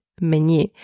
menu